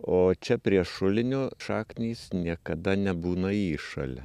o čia prie šulinio šaknys niekada nebūna įšale